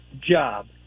job